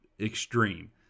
extreme